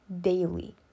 daily